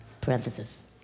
parenthesis